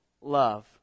love